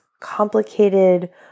complicated